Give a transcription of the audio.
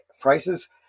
prices